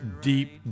deep